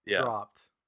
dropped